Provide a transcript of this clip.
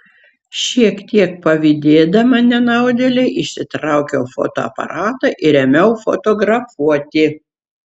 šiek tiek pavydėdama nenaudėlei išsitraukiau fotoaparatą ir ėmiau fotografuoti